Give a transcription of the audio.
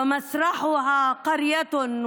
וסיפורו של עם שנקרא קצירת הגולגולות,